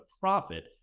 profit